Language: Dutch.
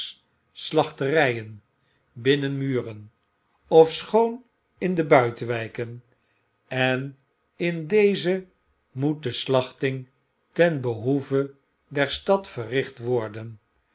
binnen muren ofschoon in de buitenwpen en in deze moet de slachting ten behoeve der stad verricht worden